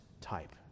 type